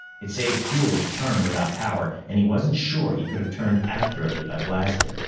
it saved fuel to turn without power, and he wasn't sure he could have turned accurately by blasting.